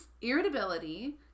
irritability